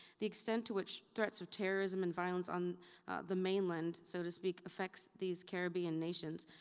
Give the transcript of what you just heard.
the extent to which threats of terrorism and violence on the mainland, so to speak, affects these caribbean nations.